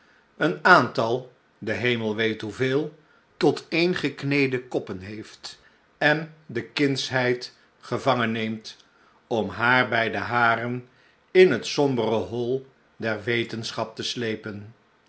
een aantal de hemel weet hoeveel tot een gekneede koppen heeft en de kindsheid gevangen neemt om haar bij de haren in het sombere hoi der wetenschap te slepen